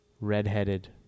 redheaded